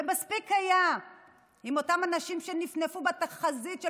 ומספיק היה אם אותם אנשים שנפנפו בתחזית של